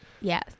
Yes